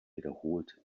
wiederholt